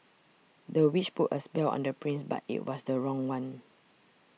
the witch put a spell on the prince but it was the wrong one